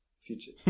Future